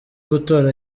gutora